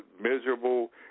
miserable